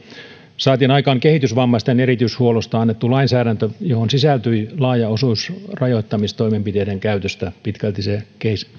saatiin aikaan kehitysvammaisten erityishuollosta annettu lainsäädäntö johon sisältyi laaja osuus rajoittamistoimenpiteiden käytöstä pitkälti se